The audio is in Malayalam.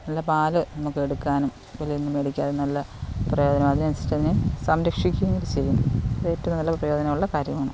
നല്ല പാൽ നമുക്ക് എടുക്കാനും വെളിയിൽ നിന്ന് മേടിക്കാതെ നല്ല പ്രയോജനം അതിനനുസരിച്ച് തന്നെ സംരക്ഷിക്കുകയും കൂടെ ചെയ്യണം അത് ഏറ്റവും നല്ല പ്രയോജനമുള്ള കാര്യമാണ്